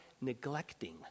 neglecting